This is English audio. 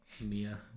mia